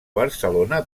barcelona